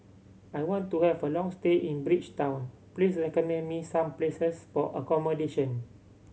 I want to have a long stay in Bridgetown please recommend me some places for accommodation